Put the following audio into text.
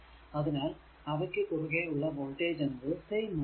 അതിനാൽ അവയ്ക്കു കുറുകെ ഉള്ള വോൾടേജ് എന്നത് സെയിം ആയിരിക്കും